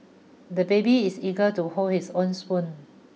the baby is eager to hold his own spoon